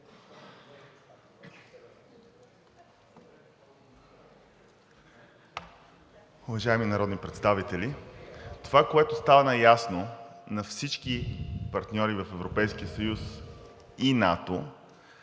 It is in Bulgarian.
Уважаеми народни представители! Това, което стана ясно на всички партньори в Европейския съюз и НАТО,